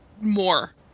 More